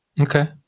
Okay